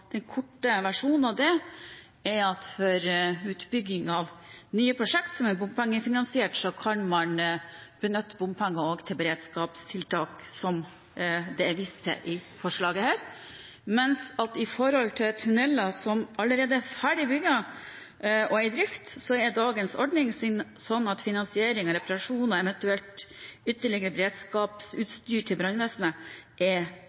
Den korte versjonen av det er at for utbygging av nye prosjekt som er bompengefinansiert, kan man benytte bompenger også til beredskapstiltak, som det er vist til i forslaget her. Når det gjelder tunneler som allerede er ferdig bygd og i drift, er dagens ordning sånn at finansiering av reparasjoner, eventuelt ytterligere beredskapsutstyr til brannvesenet, skal betales av tunneleier, og det er